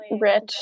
rich